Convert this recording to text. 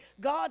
God